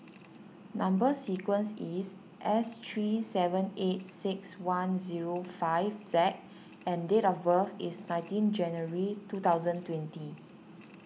Number Sequence is S three seven eight six one zero five Z and date of birth is nineteen January two thousand twenty